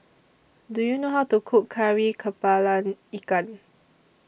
Do YOU know How to Cook Kari Kepala Ikan